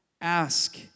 Ask